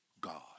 God